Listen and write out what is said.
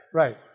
right